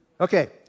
Okay